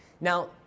Now